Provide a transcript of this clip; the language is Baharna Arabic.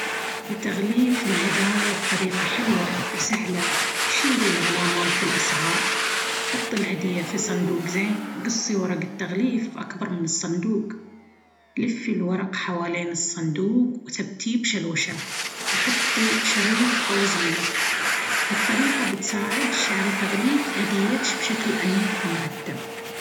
لتغليف الهدايا بطريقة حلوة وسهلة: شيلي العلامات والأسعار، حطي الهدية في صندوق زين، قصي ورق التغليف أكبر من الصندوق ، لفي الورق حوالين الصندوق وثبتيه بشلوشن، وحطي شريط أو زينة. هالطريقة بتساعدش على تغليف هديتش بشكل أنيق ومرتب.